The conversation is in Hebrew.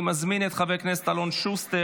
אני מזמין את חבר הכנסת אלון שוסטר,